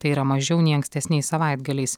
tai yra mažiau nei ankstesniais savaitgaliais